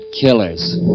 killers